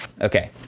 Okay